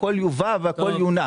הכול יובא והכול יונח.